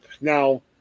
now